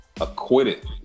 Acquitted